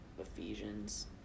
Ephesians